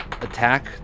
attack